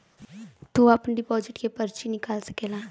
तू आपन डिपोसिट के पर्ची निकाल सकेला